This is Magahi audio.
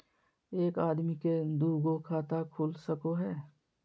एक आदमी के दू गो खाता खुल सको है?